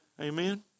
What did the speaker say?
Amen